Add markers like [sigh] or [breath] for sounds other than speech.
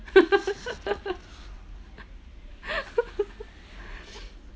[laughs] [breath]